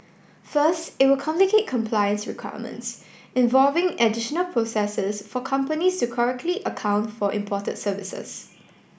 first it will complicate compliance requirements involving additional processes for companies to correctly account for imported services